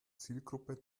zielgruppe